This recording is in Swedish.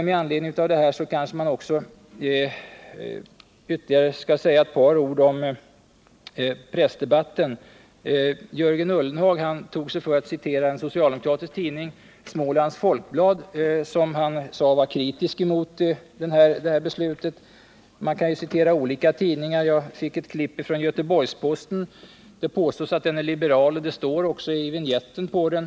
Med anledning av detta kanske jag ytterligare skall säga ett par ord om pressdebatten. Jörgen Ullenhag tog sig för att citera en socialdemokratisk tidning, Smålands Folkblad, som han sade var kritisk mot det här beslutet. Man kan ju citera olika tidningar. Jag fick ett klipp från Göteborgs-Posten. Det påstås att den är liberal; det står också i vinjetten på den.